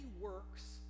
works